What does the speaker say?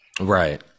Right